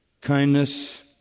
kindness